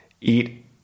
eat